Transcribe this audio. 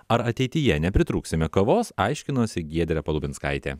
ar ateityje nepritrūksime kavos aiškinosi giedrė palubinskaitė